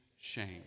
shame